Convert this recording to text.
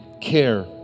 care